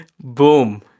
Boom